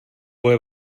boje